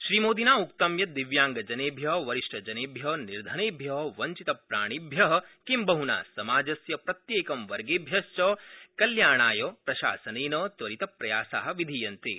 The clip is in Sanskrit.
श्रीमोदिना उक्तं यत् दिव्यांगजनेभ्य वरिष्ठजनेभ्य निर्धनेभ्य वंचितप्राणिभ्य किं बहना समाजस्य प्रत्येक वर्गेभ्यश्च कल्याणाय प्रशासनेन त्वरितप्रयासा विधीयन्ते